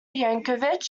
yankovic